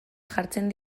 jartzen